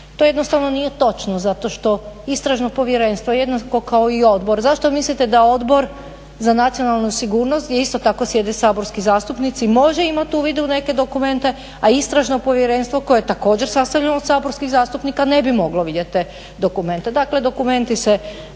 To jednostavno nije točno zato što Istražno povjerenstvo jednako kao i odbor, zašto mislite da Odbor za nacionalnu sigurnost gdje isto tako sjede saborski zastupnici može imati uvida u neke dokumente, a Istražno povjerenstvo koje je također sastavljeno od saborskih zastupnika ne bi moglo vidjeti te dokumente. Dakle, dokumenti se